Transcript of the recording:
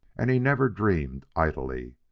and he never dreamed idly.